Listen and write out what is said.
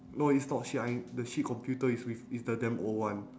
no it's not shit I the shit computer is with is the damn old one